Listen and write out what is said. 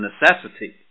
necessity